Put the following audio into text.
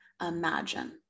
imagine